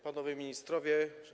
Panowie Ministrowie!